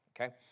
okay